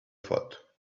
thought